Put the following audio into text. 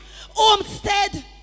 Homestead